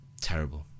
Terrible